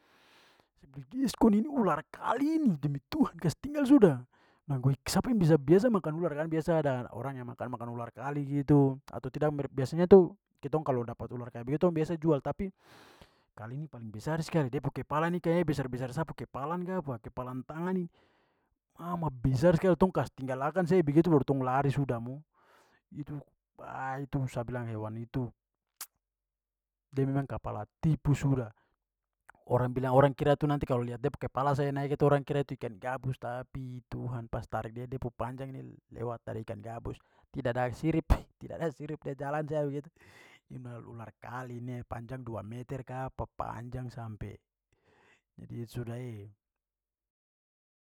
yeskon ini ular kali ini, demi tuhan, kasi tinggal suda. siapa yang bisa- biasa makan ular, kan biasa ada orang yang makan-makan ular kali gitu atau tidak biasanya tu kitong kalau dapat ular kayak begitu tong biasa jual tapi kali ini paling besar skali. Da pu kepala ni kayaknya besar-besar sa pu kepalan kapa kepalan tangan ni. Mama, besar skali. Tong kas tinggal akan saja begitu baru tong lari sudah mo. Itu itu sa bilang hewan itu de memang kapala tipu suda. Orang bilang orang kira itu nanti kalau liat da pu kepala saja naik itu orang kira itu ikan gabus, tapi, tuhan, pas tarik dia dia pu panjang ni lewat dari ikan gabus. Tidak ada sirip- tidak ada sirip, da jalan saja begitu. ular kali ni e, panjang dua meter kapa, panjang sampe. Jadi itu suda e.